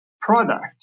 product